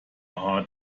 hart